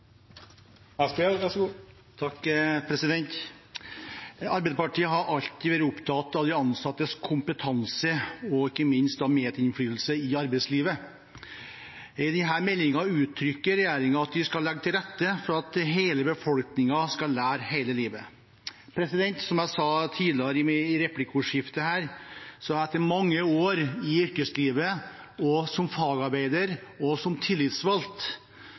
Arbeiderpartiet har alltid vært opptatt av de ansattes kompetanse og ikke minst medinnflytelse i arbeidslivet. I denne meldingen uttrykker regjeringen at de skal legge til rette for at hele befolkningen skal lære hele livet. Som jeg sa tidligere, i replikkordskiftet her: Etter mange år i yrkeslivet, som fagarbeider og som tillitsvalgt,